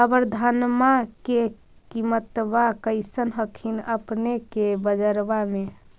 अबर धानमा के किमत्बा कैसन हखिन अपने के बजरबा में?